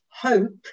hope